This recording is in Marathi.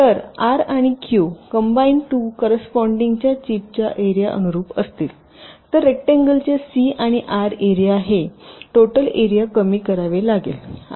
तर आर आणि क्यू कंबाइन टू कॉरस्पॉन्डिन्ग चिपच्या एरिया अनुरूप असतील तर रेकटांगलंच्या सी आणि आर एरिया हे टोटल एरिया कमी करावे लागेल